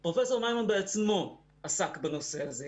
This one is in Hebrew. פרופ' מימון בעצמו עסק בנושא הזה.